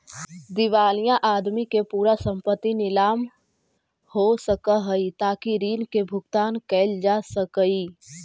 दिवालिया आदमी के पूरा संपत्ति नीलाम हो सकऽ हई ताकि ऋण के भुगतान कैल जा सकई